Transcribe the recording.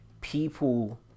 people